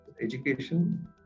education